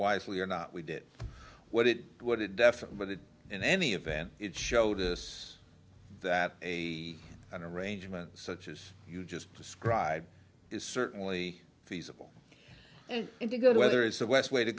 wisely or not we did what it what it definitely but it in any event it showed us that a an arrangement such as you just described is certainly feasible and indigo whether it's the west way to